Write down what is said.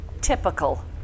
Typical